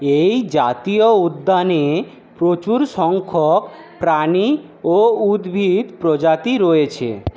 এই জাতীয় উদ্যানে প্রচুর সংখ্যক প্রাণী ও উদ্ভিদ প্রজাতি রয়েছে